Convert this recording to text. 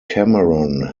cameron